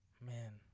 Man